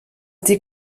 die